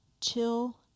chill